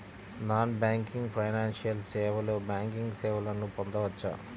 Non banking financial సేవలో banking సేవలను పొందవచ్చా?